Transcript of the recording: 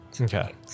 Okay